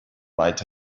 might